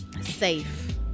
safe